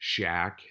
Shaq